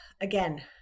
again